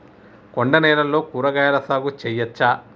కొండ నేలల్లో కూరగాయల సాగు చేయచ్చా?